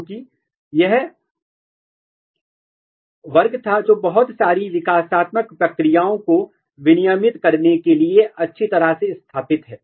क्योंकि यह वह वर्ग था जो बहुत सारी विकासात्मक प्रक्रियाओं को विनियमित करने के लिए अच्छी तरह से स्थापित है